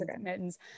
mittens